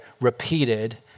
repeated